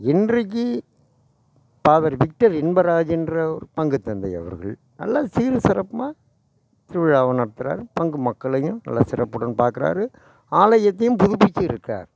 இன்றைக்கு father Victor இன்பராஜுன்கிற பங்குத்தந்தை அவர்கள் நல்லா சீரும் சிறப்புமாக திருவிழாவை நடத்துகிறாரு பங்கு மக்களையும் நல்ல சிறப்புடன் பார்க்குறாரு ஆலயத்தையும் புதுப்பிச்சு இருக்கார்